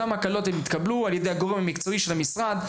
אותן הקלות התקבלו על ידי הגורם המקצועי של המשרד,